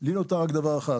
לי נותר רק דבר אחד,